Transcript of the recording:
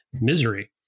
misery